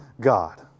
God